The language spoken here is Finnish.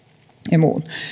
ja muut